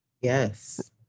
Yes